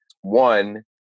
one